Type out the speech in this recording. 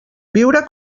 viure